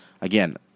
again